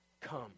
come